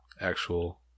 actual